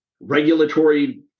regulatory